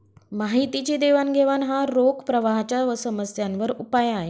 माहितीची देवाणघेवाण हा रोख प्रवाहाच्या समस्यांवर उपाय आहे